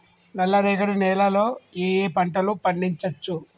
నల్లరేగడి నేల లో ఏ ఏ పంట లు పండించచ్చు?